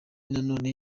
nanone